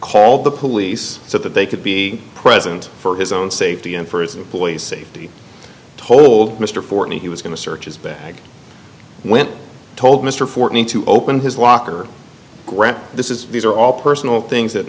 call the police so that they could be present for his own safety and for his employees safety told mr ford he was going to search his bag when told mr ford need to open his locker grant this is these are all personal things that